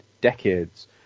decades